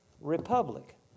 republic